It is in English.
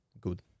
good